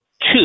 two